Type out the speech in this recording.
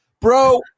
Bro